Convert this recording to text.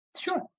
Sure